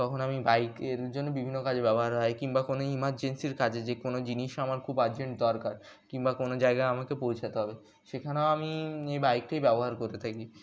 তখন আমি বাইকের জন্য বিভিন্ন কাজে ব্যবহার হয় কিংবা কোনো ইমার্জেন্সির কাজে যে কোনো জিনিস আমার খুব আর্জেন্ট দরকার কিংবা কোনো জায়গায় আমাকে পৌঁছাতে হবে সেখানেও আমি এই বাইকটাই ব্যবহার করে থাকি